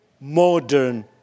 modern